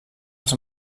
els